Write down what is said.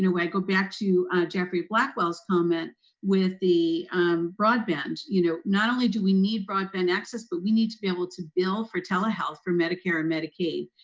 know, when i go back to geoffrey blackwell's comment with the broadband, you know, not only do we need broadband access, but we need to be able to bill for telehealth for medicare and medicaid,